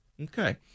Okay